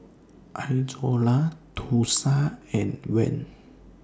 Izora Thursa and Van